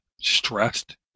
stressed